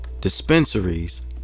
Dispensaries